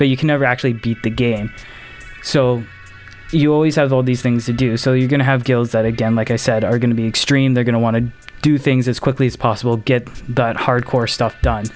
but you can never actually beat the game so you always have all these things to do so you're going to have guilds that again like i said are going to be extreme they're going to want to do things as quickly as possible get that hardcore stuff done